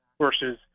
versus